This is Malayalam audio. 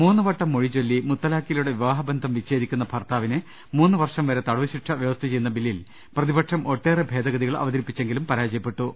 മൂന്ന് വട്ടം മൊഴി ചൊല്ലി മുത്തലാഖിലൂടെ വിവാഹബന്ധം വിച്ഛേദിക്കുന്ന ഭർത്താവിനെ മൂന്ന് വർഷം വരെ തടവ് ശിക്ഷ വൃവസ്ഥ ചെയ്യുന്ന ബില്ലിൽ പ്രതിപക്ഷം ഒട്ടേറെ ഭേദഗതി കൾ അവതരിപ്പിച്ചെങ്കിലും പരാജയപ്പെട്ടു